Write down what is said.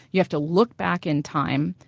you have to look back in time,